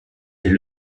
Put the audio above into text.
est